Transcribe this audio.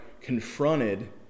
confronted